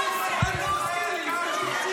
פושע.